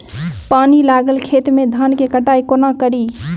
पानि लागल खेत मे धान केँ कटाई कोना कड़ी?